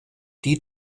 die